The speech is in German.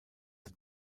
the